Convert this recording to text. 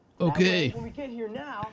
Okay